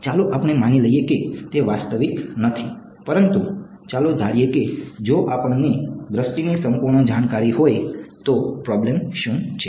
ચાલો આપણે માની લઈએ કે તે વાસ્તવિક નથી પરંતુ ચાલો ધારીએ કે જો આપણને દૃષ્ટિની સંપૂર્ણ જાણકારી હોય તો પ્રોબ્લેમ શું છે